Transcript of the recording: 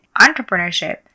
entrepreneurship